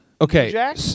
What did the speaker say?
Okay